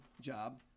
job